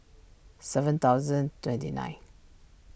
seven thousand twenty nine